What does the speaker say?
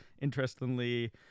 Interestingly